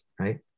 Right